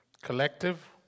Collective